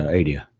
idea